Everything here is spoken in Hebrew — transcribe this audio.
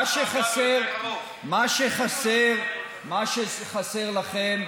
שחסר, מה שחסר לכם,